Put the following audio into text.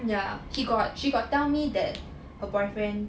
ya he got she got tell me that her boyfriend